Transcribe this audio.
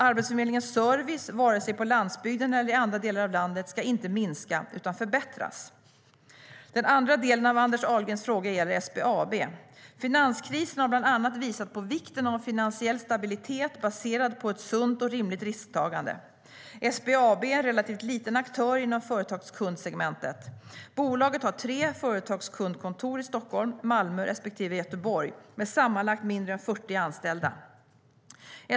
Arbetsförmedlingens service, vare sig på landsbygden eller i andra delar av landet, ska inte minska utan förbättras. Den andra delen av Anders Ahlgrens fråga gäller SBAB. Finanskrisen har bland annat visat på vikten av finansiell stabilitet baserad på ett sunt och rimligt risktagande. SBAB är en relativt liten aktör inom företagskundssegmentet. Bolaget har tre företagskundskontor i Stockholm, Malmö respektive Göteborg med sammanlagt mindre än 40 anställda.